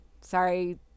Sorry